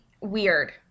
weird